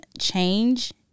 change